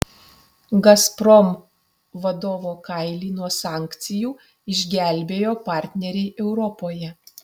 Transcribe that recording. gazprom vadovo kailį nuo sankcijų išgelbėjo partneriai europoje